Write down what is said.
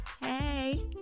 Hey